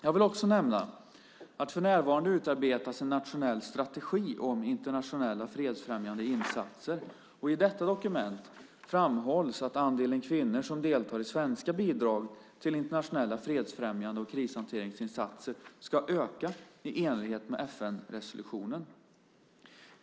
Jag vill också nämna att för närvarande utarbetas en nationell strategi om internationella fredsfrämjande insatser, och i detta dokument framhålls att andelen kvinnor som deltar i svenska bidrag till internationella fredsfrämjande insatser och krishanteringsinsatser ska öka i enlighet med FN-resolutionen.